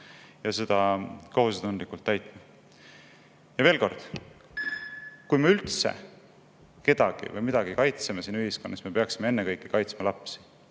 ja seda kohusetundlikult täitma. Ja veel kord: kui me üldse kedagi või midagi kaitseme siin ühiskonnas, siis me peaksime ennekõike kaitsma lapsi.